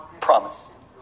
promise